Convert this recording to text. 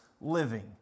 living